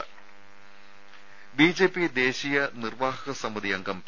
രദേ ബിജെപി ദേശീയ നിർവാഹക സമിതി അംഗം പി